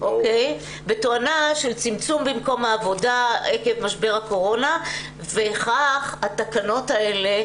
בתואנה של צמצום במקום העבודה עקב משבר הקורונה וכך התקנות האלה,